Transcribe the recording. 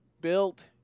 built